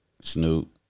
Snoop